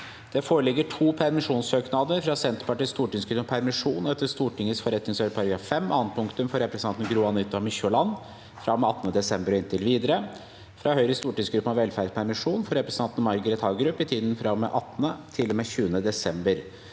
Det foreligger to permisjonssøknader: – fra Senterpartiets stortingsgruppe om permisjon etter Stortingets forretningsorden § 5 annet punktum for representanten Gro-Anita Mykjåland fra og med 18. desember og inntil videre – fra Høyres stortingsgruppe om velferdspermisjon for representanten Margret Hagerup i tiden fra og med 18. til og med 20. desember